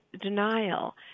denial